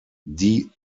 die